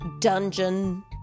dungeon